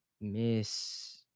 miss